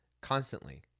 constantly